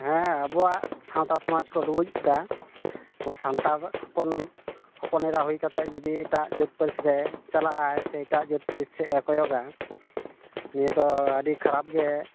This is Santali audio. ᱦᱮᱸ ᱚᱵᱚᱣᱟᱜ ᱥᱟᱶᱛᱟ ᱥᱚᱢᱟᱡᱽ ᱠᱚ ᱰᱩᱵᱩᱡ ᱮᱫᱟ ᱱᱚᱣᱟ ᱥᱟᱱᱛᱟᱲ ᱦᱚᱯᱚᱱ ᱦᱚᱯᱚᱱᱮᱨᱟ ᱦᱩᱭ ᱠᱟᱛᱮᱫ ᱡᱩᱫᱤ ᱮᱴᱟᱜ ᱡᱟᱹᱛ ᱯᱟᱹᱨᱤᱥᱨᱮ ᱪᱟᱞᱟᱜᱼᱟᱭ ᱥᱮ ᱮᱴᱟᱜ ᱡᱟᱹᱛ ᱯᱟᱹᱨᱤᱥ ᱥᱮᱫ ᱮ ᱠᱚᱭᱚᱜᱟ ᱱᱤᱭᱟᱹᱫᱚ ᱟᱹᱰᱤ ᱠᱷᱟᱨᱟᱯ ᱜᱮ